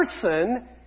person